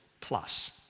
plus